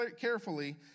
carefully